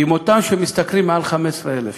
עם אותם שמשתכרים מעל 15,000 ש"ח.